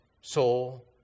soul